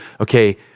okay